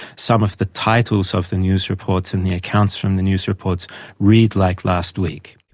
some of the titles of the news reports and the accounts from the news reports read like last week.